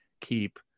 keep